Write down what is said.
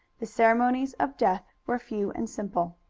the ceremonies of death were few and simple.